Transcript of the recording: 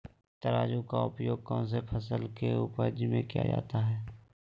तराजू का उपयोग कौन सी फसल के उपज में किया जाता है?